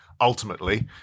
Ultimately